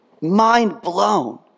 mind-blown